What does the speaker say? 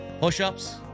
Push-ups